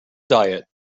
diet